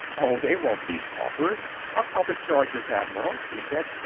oh, they won't be paupers, or public charges, admiral, he said.